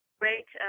great